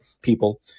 people